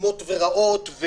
עקומות ורעות.